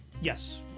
yes